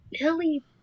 Billy